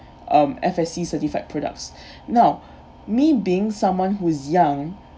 um F_A_C certified products now me being someone who is young